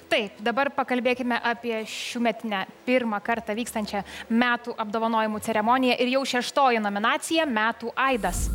taip dabar pakalbėkime apie šiųmetinę pirmą kartą vykstančią metų apdovanojimų ceremoniją ir jau šeštoji nominacija metų aidas